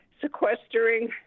sequestering